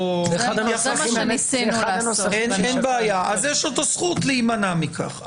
יש לו את הזכות להימנע מכך.